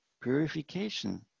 purification